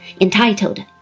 entitled